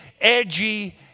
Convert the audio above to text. edgy